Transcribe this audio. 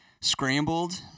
Scrambled